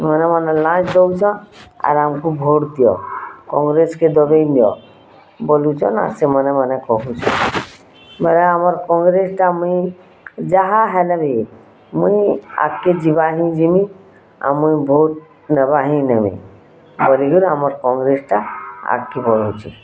ଇମାନେ ମାନେ ଲାଞ୍ଚ୍ ଦଉଛନ୍ ଆର୍ ଆମ୍କୁ ଭୋଟ୍ ଦିଅ କଂଗ୍ରସ୍କେ ଦବେଇ ନିଅ ବୋଲୁଛନ୍ ଆଉ ସେମାନେ ମାନେ କହୁଛନ୍ ବେଲେ ଆମର୍ କଂଗ୍ରେସ୍ଟା ମୁଇଁ ଯାହା ହେଲେ ବି ମୁଇଁ ଆଗ୍କେ ଜିବା ହିଁ ଜିମି ଆଉ ମୁଇଁ ଭୋଟ୍ ନେବା ହିଁ ନେମି କରିକିରି ଆମର୍ କଂଗ୍ରେସ୍ଟା ଆଗ୍କେ ବଢ଼ୁଛେ